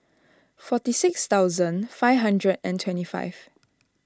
forty six thousand five hundred and twenty five